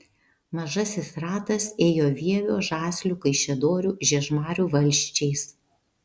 mažasis ratas ėjo vievio žaslių kaišiadorių žiežmarių valsčiais